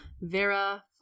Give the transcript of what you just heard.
Vera